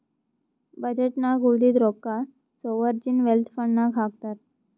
budget ನಾಗ್ ಉಳದಿದ್ದು ರೊಕ್ಕಾ ಸೋವರ್ಜೀನ್ ವೆಲ್ತ್ ಫಂಡ್ ನಾಗ್ ಹಾಕ್ತಾರ್